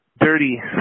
Dirty